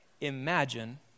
Imagine